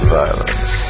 violence